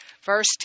verse